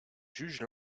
jugent